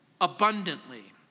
abundantly